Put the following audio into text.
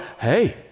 hey